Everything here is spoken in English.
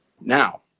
now